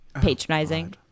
patronizing